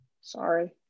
Sorry